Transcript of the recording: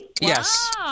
Yes